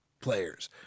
players